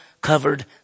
covered